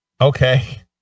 Okay